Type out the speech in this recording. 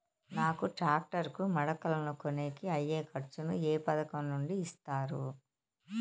నాకు టాక్టర్ కు మడకలను కొనేకి అయ్యే ఖర్చు ను ఏ పథకం నుండి ఇస్తారు?